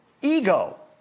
Ego